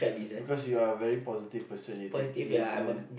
because you are a very positive person you think you you